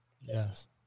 Yes